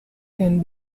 can